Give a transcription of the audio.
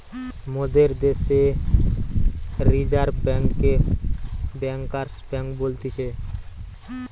মোদের দ্যাশে রিজার্ভ বেঙ্ককে ব্যাঙ্কার্স বেঙ্ক বলতিছে